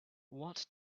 what